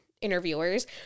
interviewers